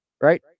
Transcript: Right